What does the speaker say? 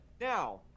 now